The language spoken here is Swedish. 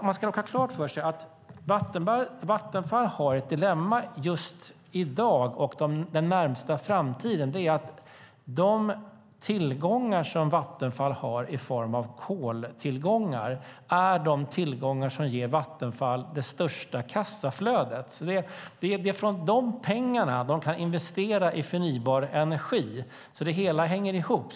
Man ska dock ha klart för sig att Vattenfall har ett dilemma just i dag och i den närmaste framtiden, och det är att de tillgångar som bolaget har i form av koltillgångar är de tillgångar som ger det största kassaflödet. Det är från de pengarna som de kan investera i förnybar energi, så det hela hänger ihop.